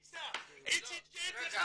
אתה חושב שכרטיס טיסה בטרנס אוויה,